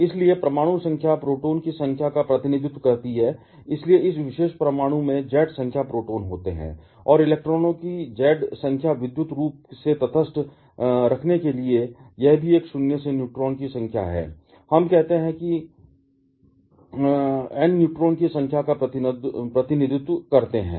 इसलिए परमाणु संख्या प्रोटॉन की संख्या का प्रतिनिधित्व करती है इसलिए इस विशेष परमाणु में Z संख्या प्रोटॉन होते हैं और इलेक्ट्रॉनों की जेड संख्या विद्युत रूप से तटस्थ रखने के लिए और यह भी एक शून्य से न्यूट्रॉन की संख्या है हम कहते हैं कि राजधानी एन न्यूट्रॉन की संख्या का प्रतिनिधित्व करते हैं